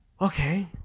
Okay